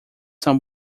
são